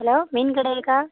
hello மீன்கடையாக்கா